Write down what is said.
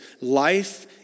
life